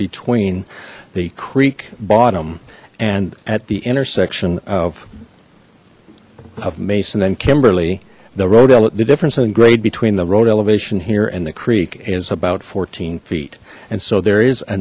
between the creek bottom and at the intersection of of mason and kimberly the rodela the difference in grade between the road elevation here and the creek is about fourteen feet and so there is a